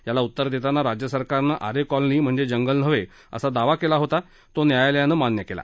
याला उत्तर देताना राज्यसरकारनं आरे कॉलनी म्हणजे जंगल नव्हे असा दावा केला होता तो न्यायालयानं मान्य केला